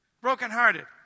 Brokenhearted